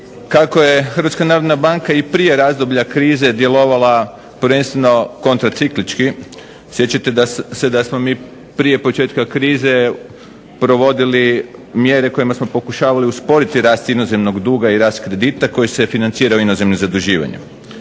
narodna banka i prije razdoblja krize djelovala prvenstveno kontra ciklički sjećate da smo mi prije početka krize provodili mjere kojima smo pokušavali usporiti rast inozemnog duga i rast kredita koji se financira inozemnim zaduživanjem.